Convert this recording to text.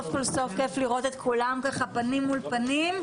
כיף לראות את כולם פנים מול פנים.